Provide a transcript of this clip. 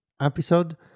episode